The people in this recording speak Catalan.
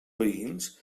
veïns